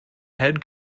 head